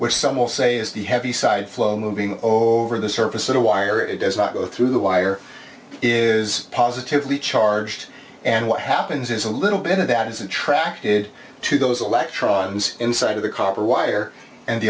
which some will say is the heavy side flow moving over the surface in a wire it does not go through the wire is positively charged and what happens is a little bit of that is attracted to those electrons inside of the copper wire and the